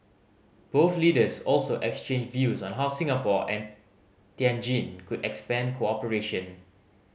both leaders also exchanged views on how Singapore and Tianjin could expand cooperation